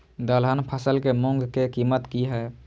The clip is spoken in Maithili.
दलहन फसल के मूँग के कीमत की हय?